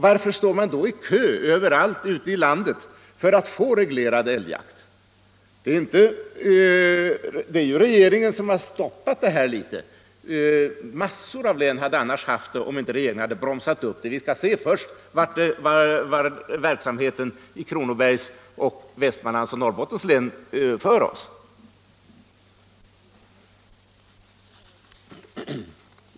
Varför står man då i kö överallt ute i landet för att få reglerad älgjakt? Det är regeringen som stoppat upp detta litet. Massor av län hade annars haft den reglerade jakten om inte regeringen hade bromsat: ”vi skall först se vart verksamheten i Kronobergs, Västmanlands och Norrbottens län för oss”.